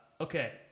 Okay